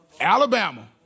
Alabama